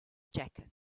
jacket